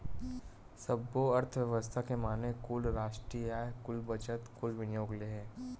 सब्बो अर्थबेवस्था के माने कुल रास्टीय आय, कुल बचत, कुल विनियोग ले हे